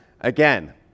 again